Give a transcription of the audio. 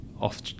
off